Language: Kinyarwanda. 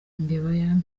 imbeba